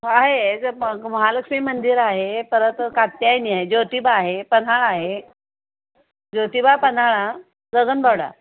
आहे जर महालक्ष्मी मंदिर आहे परत कात्यायनी आहे ज्योतिबा आहे पन्हाळा आहे ज्योतिबा पन्हाळा गगनबावडा